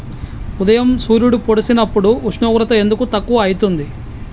ఉదయం సూర్యుడు పొడిసినప్పుడు ఉష్ణోగ్రత ఎందుకు తక్కువ ఐతుంది?